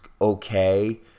okay